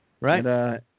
Right